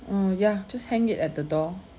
uh ya just hang it at the door